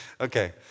Okay